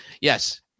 Yes